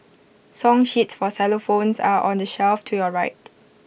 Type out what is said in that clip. song sheets for xylophones are on the shelf to your right